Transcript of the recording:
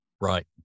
Right